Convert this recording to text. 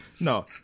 No